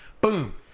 Boom